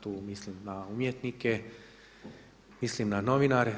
Tu mislim na umjetnike, mislim na novinare.